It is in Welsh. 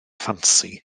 ffansi